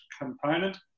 component